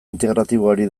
integratiboari